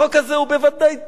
החוק הזה הוא בוודאי טוב,